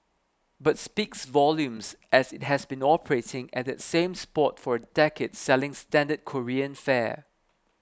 but speaks volumes as it has been operating at that same spot for a decade selling standard Korean fare